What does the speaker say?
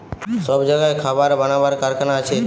সব জাগায় খাবার বানাবার কারখানা আছে